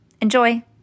Enjoy